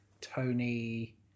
tony